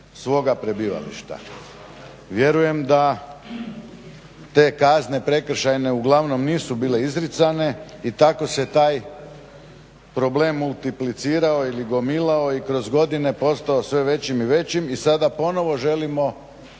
svoga prebivališta. Vjerujem da te kazne prekršajne uglavnom nisu bile izricane i tako se taj problem multiplicirao ili gomilao i kroz godine postao sve većim i većim. I sada ponovo želimo